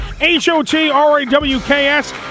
H-O-T-R-A-W-K-S